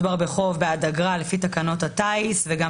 מדובר בחוב של אגרה לפי תקנות הטיס וגם